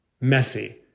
messy